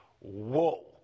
Whoa